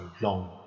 long